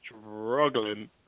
struggling